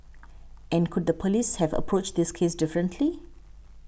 and could the police have approached this case differently